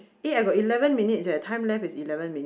eh I got eleven minutes leh time left is eleven minutes